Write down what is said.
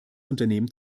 unternehmen